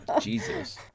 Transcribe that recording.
jesus